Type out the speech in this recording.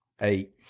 Eight